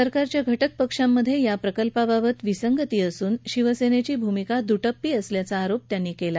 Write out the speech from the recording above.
सरकारच्या घटक पक्षांमध्ये या प्रकल्पाबाबत विसंगती असून शिवसेनेची भूमिका दुटप्पी असल्याचा आरोप केला